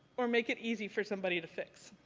or make it easy for somebody to fix.